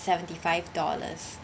seventy five dollars